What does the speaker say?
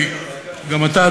גם אתה,